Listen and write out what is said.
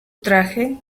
traje